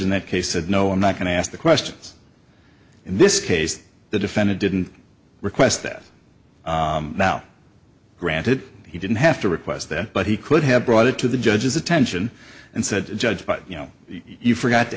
in that case said no i'm not going to ask the questions in this case the defendant didn't request that now granted he didn't have to request that but he could have brought it to the judge's attention and said judge but you know you forgot to